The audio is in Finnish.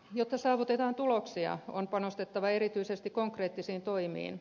jotta saavutetaan tuloksia on panostettava erityisesti konkreettisiin toimiin